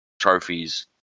trophies